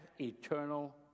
eternal